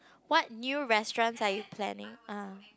what new restaurants are you planning uh